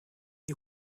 die